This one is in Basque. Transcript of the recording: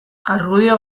argudio